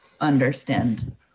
understand